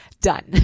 done